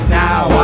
now